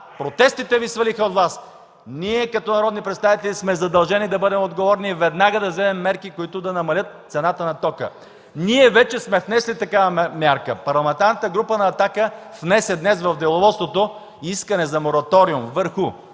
протестите Ви свалиха от власт. Ние, като народни представители, сме задължени да бъдем отговорни и веднага да вземем мерки, които да намалят цената на тока. Ние вече сме внесли такава мярка. Парламентарната група на „Атака” внесе днес в Деловодството искане за мораториум върху